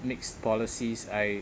mixed policies I